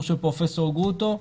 אישור של פרופ' גרוטו.